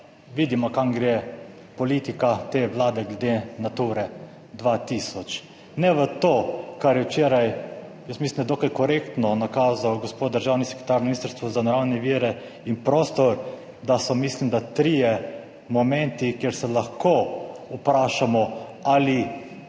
vidimo kam gre politika te Vlade glede Nature 2000. Ne v to, kar je včeraj, jaz mislim, da dokaj korektno nakazal gospod državni sekretar na Ministrstvu za naravne vire in prostor, da so, mislim, da trije momenti, kjer se lahko vprašamo, ali